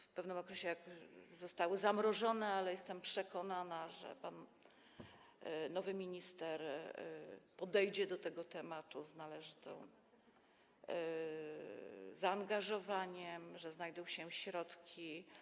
W pewnym okresie to zostało zamrożone, ale jestem przekonana, że nowy pan minister podejdzie do tego tematu z należytym zaangażowaniem i że znajdą się środki.